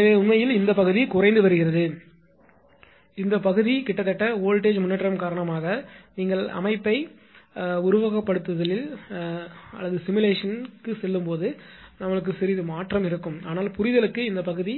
எனவே உண்மையில் இந்த பகுதி குறைந்து வருகிறது ஆனால் இந்த பகுதி கிட்டத்தட்ட வோல்ட்டேஜ் முன்னேற்றம் காரணமாக நீங்கள் கணினி உருவகப்படுத்துதலில் சென்றால் சிறிது மாற்றம் இருக்கும் ஆனால் புரிதலுக்கு இந்த பகுதி